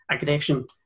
aggression